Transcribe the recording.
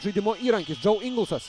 žaidimo įrankis džau ingelsas